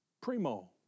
primo